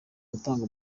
gutanga